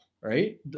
right